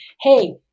hey